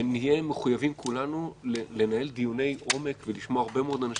ונהיה מחויבים כולנו לנהל דיוני עומק ולשמוע הרבה מאוד אנשים,